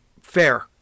fair